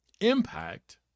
impact